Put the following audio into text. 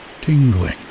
tingling